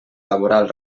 laboral